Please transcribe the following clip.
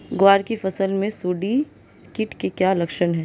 ग्वार की फसल में सुंडी कीट के क्या लक्षण है?